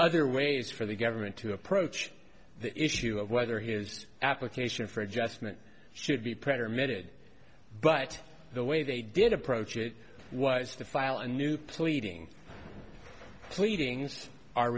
other ways for the government to approach the issue of whether his application for adjustment should be pressure emitted but the way they did approach it was to file a new pleading pleading are